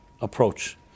approach